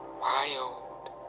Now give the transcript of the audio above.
wild